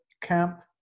Camp